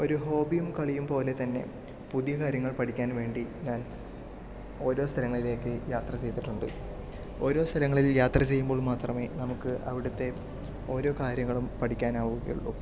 ഒരു ഹോബിയും കളിയും പോലെതന്നെ പുതിയ കാര്യങ്ങൾ പഠിക്കാൻ വേണ്ടി ഞാൻ ഓരോ സ്ഥലങ്ങളിലേക്ക് യാത്ര ചെയ്തിട്ടുണ്ട് ഓരോ സ്ഥലങ്ങളിൽ യാത്ര ചെയ്യുമ്പോൾ മാത്രമേ നമുക്ക് അവിടുത്തെ ഓരോ കാര്യങ്ങളും പഠിക്കാൻ ആവുകയുള്ളൂ